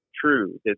true